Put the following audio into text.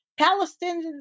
Palestinians